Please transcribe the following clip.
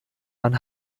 man